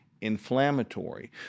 inflammatory